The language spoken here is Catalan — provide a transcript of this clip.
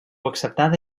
acceptada